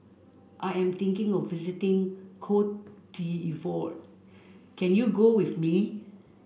I am thinking of visiting Cote d'Ivoire can you go with me